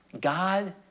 God